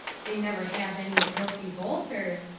they never have any at milty boulter's.